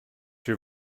your